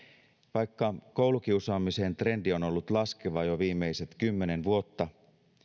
vaikka koulukiusaamisen trendi on ollut laskeva jo viimeiset kymmenen vuotta